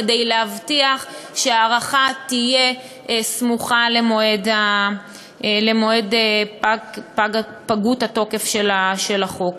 כדי להבטיח שההארכה תהיה סמוכה למועד שיפוג התוקף של החוק.